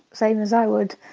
same as i would.